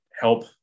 help